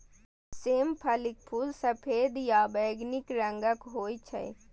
सेम फलीक फूल सफेद या बैंगनी रंगक होइ छै